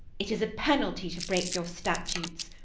it is a penalty to break your statutes,